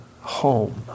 home